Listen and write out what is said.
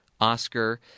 Oscar